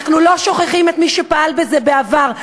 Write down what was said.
אנחנו לא שוכחים את מי שפעל בזה בעבר,